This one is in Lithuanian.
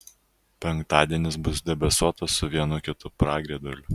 penktadienis bus debesuotas su vienu kitu pragiedruliu